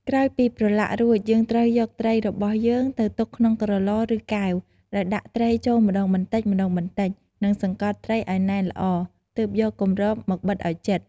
ក្រោយពីប្រឡាក់រួច យើងត្រូវយកត្រីរបស់យើងទៅទុកក្នុងក្រឡ ឬ កែវ ដោយដាក់ត្រីចូលម្ដងបន្តិចៗ និងសង្កត់ត្រីឱ្យណែនល្អ ទើបយកគម្របមកបិទឱ្យជិត។